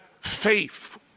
faith